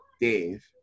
Dave